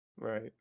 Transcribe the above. Right